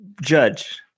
judge